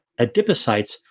adipocytes